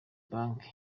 bank